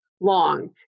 long